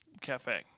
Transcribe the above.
Cafe